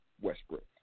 Westbrook